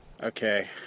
Okay